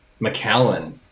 McAllen